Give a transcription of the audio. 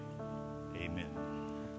Amen